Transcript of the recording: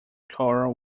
choral